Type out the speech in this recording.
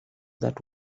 that